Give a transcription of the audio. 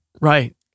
Right